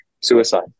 suicide